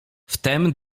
wtem